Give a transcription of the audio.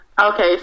Okay